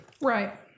Right